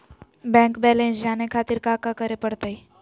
Bank balance जाने खातिर काका करे पड़तई?